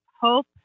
hope